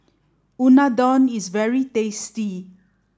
Unadon is very tasty